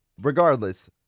regardless